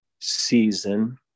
season